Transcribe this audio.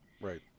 right